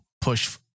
push